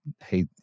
hey